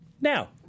now